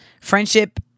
Friendship